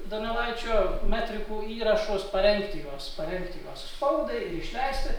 donelaičio metrikų įrašus parengti juos parengti spaudai ir išleisti